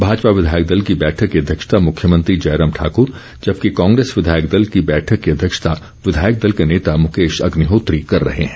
भाजपा विधायक दल की बैठक की अध्यक्षता मुख्यमंत्री जयराम ठाकर जबकि कांग्रेस विधायक दल की बैठक की अध्यक्षता विधायक दल के नेता मुकेश अग्निर्होत्री कर रहे हैं